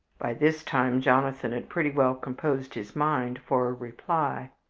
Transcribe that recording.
by this time jonathan had pretty well composed his mind for a reply.